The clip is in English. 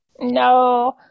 No